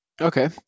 Okay